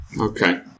okay